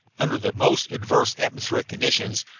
under the most adverse atmospheric conditions,